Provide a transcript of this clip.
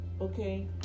okay